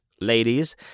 ladies